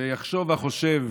ויחשוב החושב